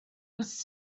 was